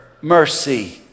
mercy